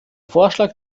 vorschlag